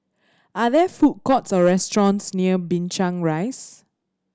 are there food courts or restaurants near Binchang Rise